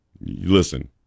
Listen